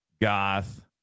Goth